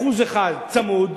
1% צמוד,